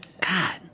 God